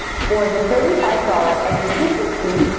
for the thirty five dollars execution fee,